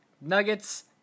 Nuggets